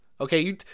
Okay